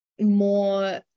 more